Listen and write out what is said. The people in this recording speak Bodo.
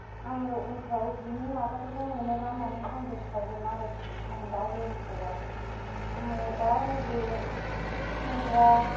आङो उनफ्राव बिनि माबाफोरखौ मोनोबा माने आंबो सावगोन आरोखि आं दा रोंथ'वा आङो दा नैबे सिंग्रा